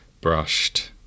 brushed